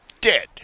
dead